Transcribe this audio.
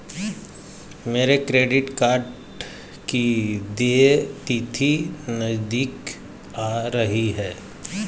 मेरे credit card की देय तिथि नज़दीक आ रही है